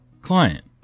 Client